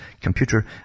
computer